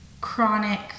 chronic